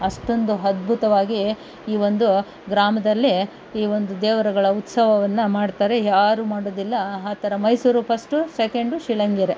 ಅಷ್ಟೊಂದು ಅದ್ಭುತವಾಗಿ ಈ ಒಂದು ಗ್ರಾಮದಲ್ಲಿ ಈ ಒಂದು ದೇವರುಗಳ ಉತ್ಸವವನ್ನು ಮಾಡ್ತಾರೆ ಯಾರು ಮಾಡೋದಿಲ್ಲ ಆ ಥರ ಮೈಸೂರು ಪಸ್ಟು ಸೆಕೆಂಡು ಶಿಳಂಗೇರೆ